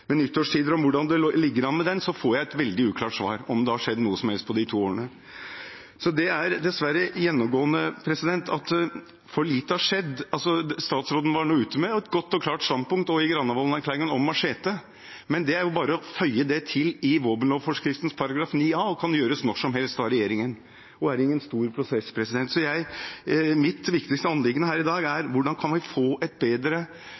om hvordan det ligger an med den, fikk jeg et veldig uklart svar på om det har skjedd noe som helst på de to årene. Det er dessverre gjennomgående at for lite har skjedd. Statsråden var nå ute med et godt og klart standpunkt – også i Granavolden-plattformen – om machete, men det er jo bare å føye det til i våpenforskriften § 9 a, det kan gjøres når som helst av regjeringen og er ingen stor prosess. Så mitt viktigste anliggende her i dag er hvordan vi kan få en bedre